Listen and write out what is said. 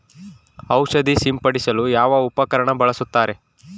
ಔಷಧಿ ಸಿಂಪಡಿಸಲು ಯಾವ ಉಪಕರಣ ಬಳಸುತ್ತಾರೆ?